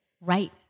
Right